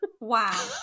Wow